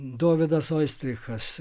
dovydas oistrichas